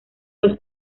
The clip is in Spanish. los